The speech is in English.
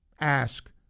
ask